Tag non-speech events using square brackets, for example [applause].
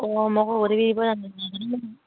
[unintelligible]